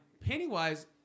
Pennywise